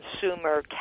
consumer